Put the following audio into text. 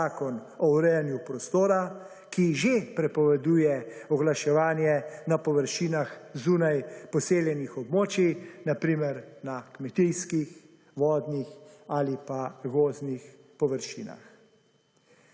Zakon o urejanju prostora, ki že prepoveduje oglaševanje na površinah zunaj poseljenih območjih, na primer na kmetijskih, vodnih ali pa gozdnih površinah.